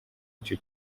icyo